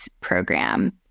program